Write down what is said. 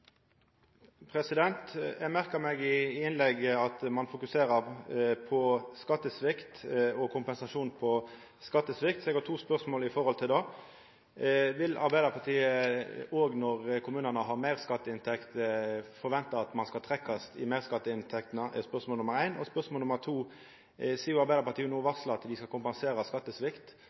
Eg merka meg at ein i innlegget fokuserer på skattesvikt og kompensasjon for skattesvikt, så eg har to spørsmål til det. Vil Arbeidarpartiet når kommunane har meirskatteinntekter, forventa at ein skal trekkjast i meirskatteinntektene? Det er spørsmål nr. 1. Spørsmål nr. 2: Sidan Arbeidarpartiet no varslar at dei skal kompensera skattesvikt